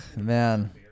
man